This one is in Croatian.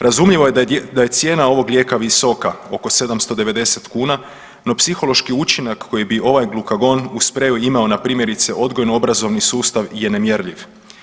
Razumljivo je da cijena ovog lijeka visoka oko 790 kuna no psihološki učinak koji bi ovaj glukagon u spreju imao na primjerice odgojno obrazovni sustav je nemjerljiv.